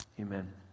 Amen